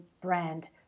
brand